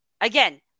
Again